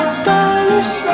stylish